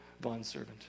bondservant